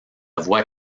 voix